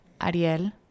Ariel